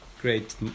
great